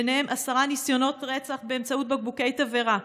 ובהם עשרה ניסיונות רצח באמצעות בקבוקי תבערה,